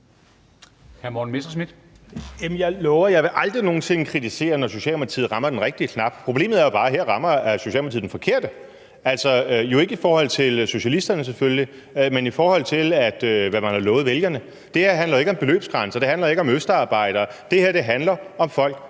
jeg lover, at jeg aldrig nogen sinde vil kritisere, når Socialdemokratiet rammer den rigtige knap. Problemet er bare, at her rammer Socialdemokratiet den forkerte – altså ikke i forhold til socialisterne selvfølgelig, men i forhold til hvad man har lovet vælgerne. Det her handler jo ikke om beløbsgrænser, det handler ikke om østarbejdere. Det her handler om folk,